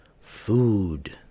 food